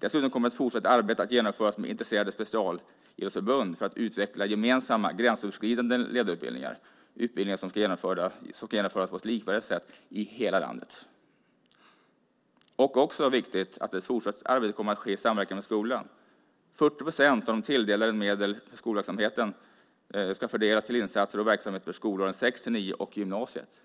Dessutom kommer ett fortsatt arbete att genomföras med intresserade specialidrottsförbund för att utveckla gemensamma gränsöverskridande ledarutbildningar. Det är utbildningar som ska genomföras på ett likvärdigt sätt i hela landet. Det är också viktigt att ett fortsatt arbete kommer att ske i samverkan med skolan. 40 procent av de tilldelade medlen för skolverksamheten ska fördelas till insatser och verksamheter för skolåren 6-9 och gymnasiet.